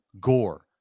Gore